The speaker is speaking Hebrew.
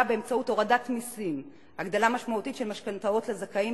באמצעות הורדת מסים והגדלה משמעותית של המשכנתאות לזכאים,